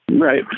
Right